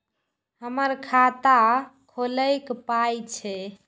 हमर खाता खौलैक पाय छै